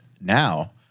now